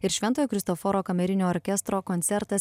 ir šventojo kristoforo kamerinio orkestro koncertas